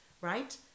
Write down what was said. right